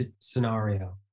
scenario